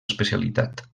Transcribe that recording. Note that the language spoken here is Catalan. especialitat